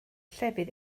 llefydd